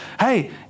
Hey